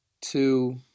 two